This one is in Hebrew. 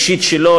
אישית שלו,